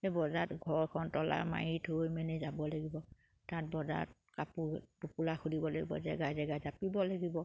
সেই বজাৰত ঘৰখন তলা মাৰি থৈ মানে যাব লাগিব তাত বজাৰত কাপোৰ টোপোলা খুলিব লাগিব জেগাই জেগাই জাপিব লাগিব